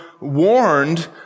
warned